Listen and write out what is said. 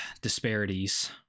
disparities